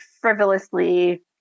frivolously